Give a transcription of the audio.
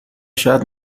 شاید